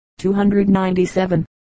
297